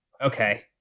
Okay